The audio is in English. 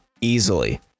easily